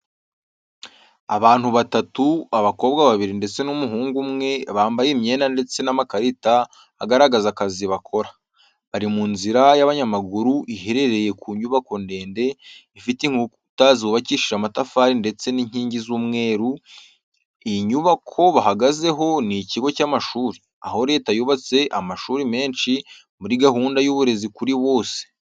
Abantu batatu, abakobwa babiri ndetse n’umuhungu umwe bambaye imyenda ndetse n’amakarita agaragaza akazi bakora. Bari mu nzira y’abanyamaguru iherereye ku nyubako ndende, ifite inkuta zubakishije amatafari ndetse n’inkingi z’umweru. Iyi nyubako bahagazeho ni ikigo cy’amashuri, aho Leta yubatse amashuri menshi muri gahunda y’uburezi kuri bose.